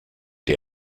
der